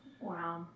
Wow